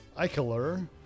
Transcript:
Eichler